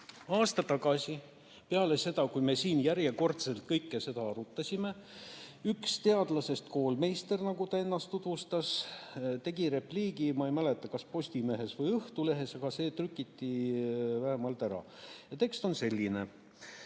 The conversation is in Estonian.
Aasta tagasi, peale seda, kui me siin järjekordselt kõike seda olime arutanud, üks teadlasest koolmeister, nagu ta ennast tutvustas, avaldas repliigi, ma ei mäleta, kas Postimehes või Õhtulehes, aga see trükiti vähemalt ära. Tekst on selline: